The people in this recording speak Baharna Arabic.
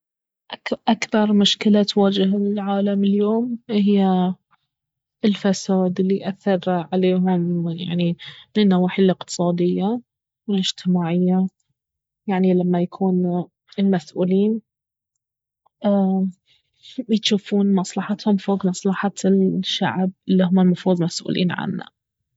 اكبر مشكلة تواجه العالم اليوم اهي الفساد الي ياثر عليهم يعني بالنواحي الاقتصادية والاجتماعية يعني لما يكون المسؤولين يجوفون مصلحتهم فوق مصلحة الشعب الي اهما المفروض مسؤولين عنه